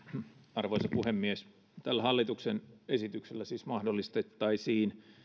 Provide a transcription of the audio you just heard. arvoisa puhemies tällä hallituksen esityksellä siis mahdollistettaisiin